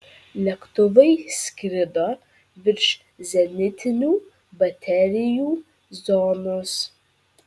lėktuvai skrido virš zenitinių baterijų zonos